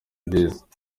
byiza